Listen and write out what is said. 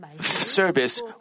service